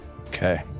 Okay